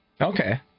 Okay